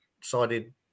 sided